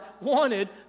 wanted